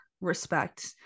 respect